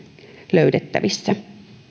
löydettävissä